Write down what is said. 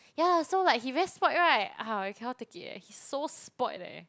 ya so like he very spoilt [right] !ah! I cannot take it eh he's so spoilt leh